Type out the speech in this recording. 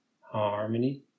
harmony